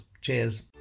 Cheers